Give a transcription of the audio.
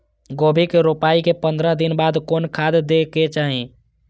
गोभी के रोपाई के पंद्रह दिन बाद कोन खाद दे के चाही?